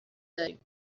داریم